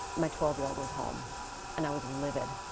my twelve year old was home and i was livid,